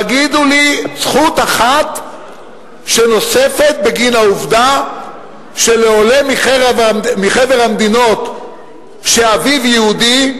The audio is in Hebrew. תגידו לי זכות אחת שנוספת בגין העובדה שלעולה מחבר המדינות שאביו יהודי,